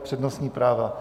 Přednostní práva.